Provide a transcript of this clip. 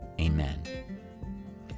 Amen